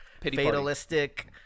fatalistic